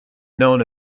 known